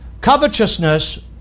Covetousness